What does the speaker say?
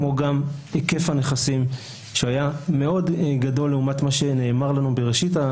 כמו גם היקף הנכסים שהיה מאוד גדול לעומת מה שנאמר לנו בראשית,